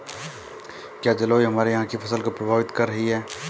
क्या जलवायु हमारे यहाँ की फसल को प्रभावित कर रही है?